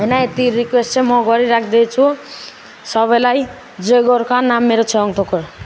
होइन यति रिक्वेस्ट चाहिँ म गरिराख्दैछु सबैलाई जय गोर्खा नाम मेरो छेवाङ थोकर